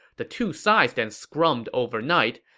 the two sides then scrummed overnight,